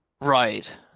Right